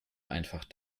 einfach